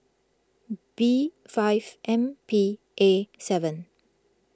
B five M P A seven